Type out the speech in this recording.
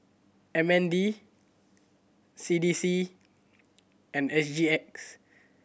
M N D C D C and S G X